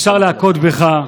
אפשר להכות בך.